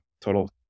total